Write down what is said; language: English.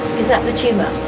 is that the tumour?